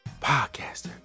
podcaster